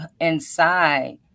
inside